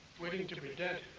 waiting to to be dead.